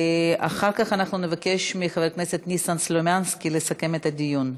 אחר כך אנחנו נבקש מחבר הכנסת ניסן סלומינסקי לסכם את הדיון.